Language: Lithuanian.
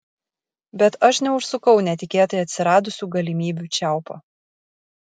bet aš neužsukau netikėtai atsiradusių galimybių čiaupo